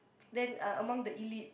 then uh among the elite